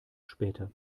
später